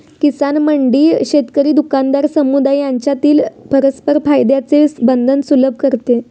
किसान मंडी शेतकरी, दुकानदार, समुदाय यांच्यातील परस्पर फायद्याचे बंधन सुलभ करते